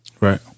Right